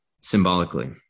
symbolically